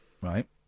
right